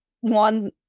one